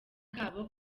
kabo